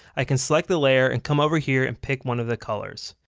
i can select the layer and come over here and pick one of the colors.